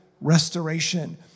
restoration